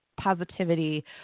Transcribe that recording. positivity